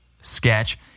sketch